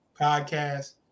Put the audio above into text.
podcast